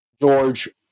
George